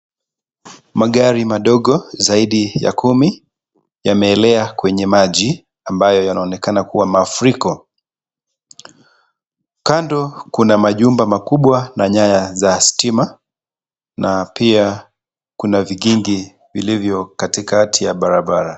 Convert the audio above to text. Magari madogo zaidi ya kumi, yameelea kwenye maji ambayo yanaonekana kuwa mafuriko. Kando kuna majumba makubwa na nyaya za stima, na pia kuna vigingi vilivyo katikati ya barabara.